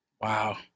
Wow